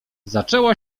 zaczęła